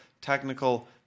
technical